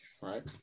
Right